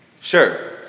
Sure